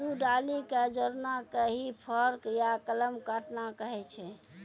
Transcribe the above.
दू डाली कॅ जोड़ना कॅ ही फोर्क या कलम काटना कहै छ